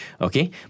Okay